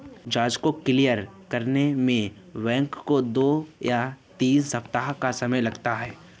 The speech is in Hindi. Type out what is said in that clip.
जाँच को क्लियर करने में बैंकों को दो या तीन सप्ताह का समय लगता है